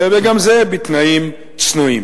וגם זה בתנאים צנועים.